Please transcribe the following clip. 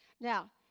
Now